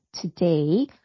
today